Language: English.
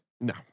No